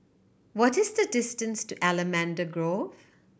what is the distance to Allamanda Grove